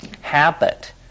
habit